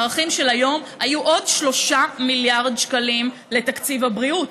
בערכים של היום היו עוד 3 מיליארד שקלים לתקציב הבריאות.